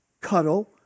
cuddle